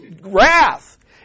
wrath